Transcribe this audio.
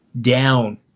down